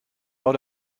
out